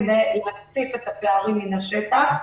כדי להציף את הפערים מן השטח.